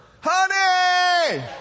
Honey